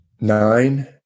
nine